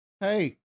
Hey